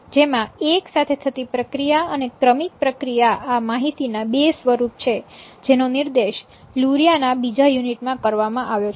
જેમાં એક સાથે થતી પ્રક્રિયા અને ક્રમિક પ્રક્રિયા આ માહિતીના બે સ્વરૂપ છે જેનો નિર્દેશ લુરિયા ના બીજા યુનિટમાં કરવામાં આવ્યો છે